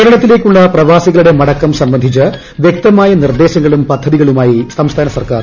കേരളത്തിലേയ്ക്കുള്ള പ്രവാസികളുടെ മടക്കം സംബന്ധിച്ച് വൃക്തമായ നിർദ്ദേശങ്ങളും പദ്ധതികളുമായി സംസ്ഥാന സർക്കാർ